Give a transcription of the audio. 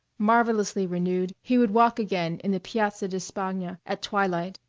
marvellously renewed, he would walk again in the piazza di spanga at twilight,